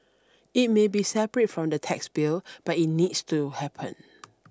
it may be separate from the tax bill but it needs to happen